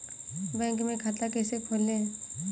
Bank में खाता कैसे खोलें?